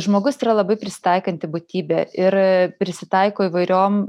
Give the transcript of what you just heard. žmogus yra labai prisitaikanti būtybė ir prisitaiko įvairiom